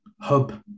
hub